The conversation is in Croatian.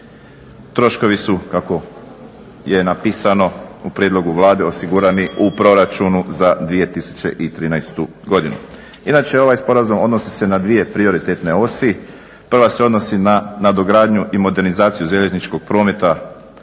Troškovi su kako je napisano u prijedlogu Vlade osigurani u proračunu za 2013.godinu. inače ovaj sporazum odnosi se na dvije prioritetne osi. Prva se odnosi na nadogradnju i modernizaciju željezničkog prometa